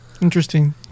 Interesting